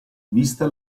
vista